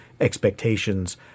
expectations